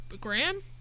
Graham